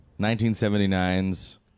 1979's